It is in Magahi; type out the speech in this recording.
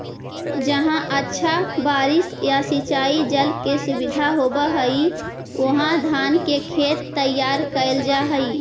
जहाँ अच्छा बारिश या सिंचाई जल के सुविधा होवऽ हइ, उहाँ धान के खेत तैयार कैल जा हइ